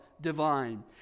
Divine